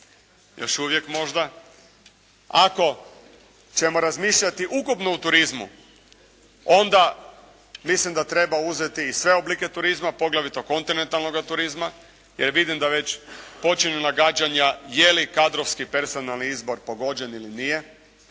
još uvijek možda. Ako ćemo razmišljati ukupno o turizmu onda mislim da treba uzeti i sve oblike turizma poglavito kontinentalnoga turizma, jer vidim da već počinju nagađanja je li kadrovski, personalni izbor pogođen ili nije.